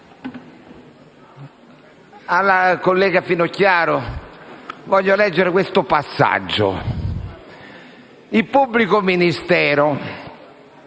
alla collega Finocchiaro voglio leggere questo passaggio. Il pubblico ministero